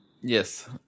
Yes